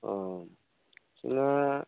अ ना